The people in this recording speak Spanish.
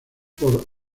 por